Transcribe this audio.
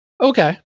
Okay